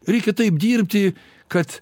reikia taip dirbti kad